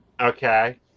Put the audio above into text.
Okay